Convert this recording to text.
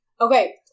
okay